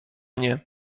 nie